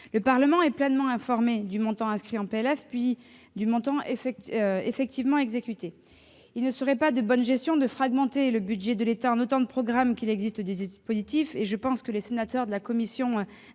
Le Parlement est ainsi pleinement informé du montant inscrit en PLF, puis du montant effectivement exécuté. Il ne serait pas de bonne gestion de fragmenter le budget de l'État en autant de programmes qu'il existe de dispositifs. Je pense que les membres de la commission